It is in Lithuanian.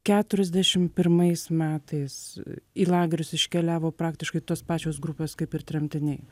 keturiasdešimt pirmais metais į lagerius iškeliavo praktiškai tos pačios grupės kaip ir tremtiniai